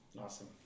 Awesome